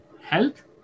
health